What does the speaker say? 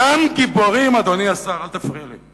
אותם גיבורים, אדוני השר, אל תפריע לי,